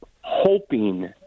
hoping